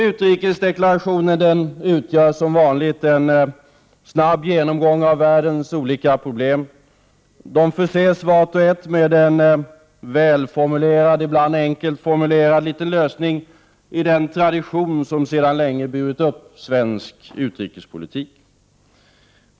Utrikesdeklarationen utgör — som vanligt — en snabb genomgång av världens olika problem. De förses vart och ett med en välformulerad, ibland enkelt formulerad, liten lösning i den tradition som sedan länge burit upp svensk utrikespolitik.